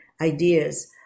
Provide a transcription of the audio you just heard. ideas